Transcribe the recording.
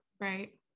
Right